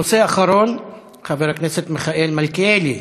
נושא אחרון: חבר הכנסת מיכאל מלכיאלי,